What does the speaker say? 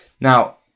Now